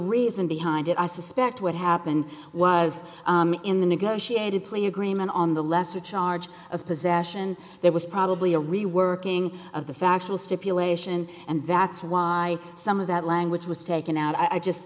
reason behind it i suspect what happened was in the negotiated plea agreement on the lesser charge of possession there was probably a reworking of the factual stipulation and that's why some of that language was taken out i just